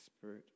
spirit